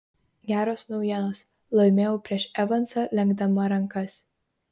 geros naujienos laimėjau prieš evansą lenkdama rankas